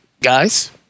Guys